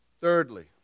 Thirdly